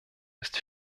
ist